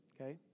Okay